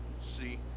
See